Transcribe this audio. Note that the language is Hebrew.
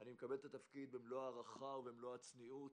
אני מקבל את התפקיד במלוא ההערכה ובמלוא הצניעות,